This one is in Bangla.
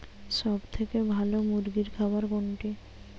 সবথেকে ভালো মুরগির খাবার কোনটি?